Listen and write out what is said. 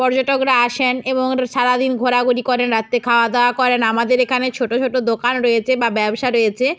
পর্যটকরা আসেন এবং সারা দিন ঘোরাঘুরি করেন রাত্রে খাওয়া দাওয়া করেন আমাদের এখানে ছোট ছোট দোকান রয়েছে বা ব্যবসা রয়েছে